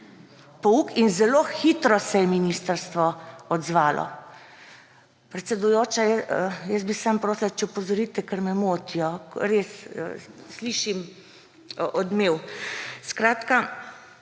Pouk. In zelo hitro se je ministrstvo odzvalo. Predsedujoča, jaz bi samo prosila, če opozorite, ker me motijo. Res, slišim odmev. Skratka,